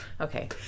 Okay